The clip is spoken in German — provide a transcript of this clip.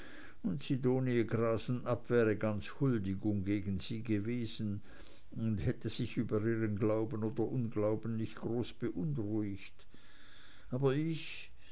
sidonie grasenabb wäre ganz huldigung gegen sie gewesen und hätte sich über ihren glauben oder unglauben nicht groß beunruhigt aber ich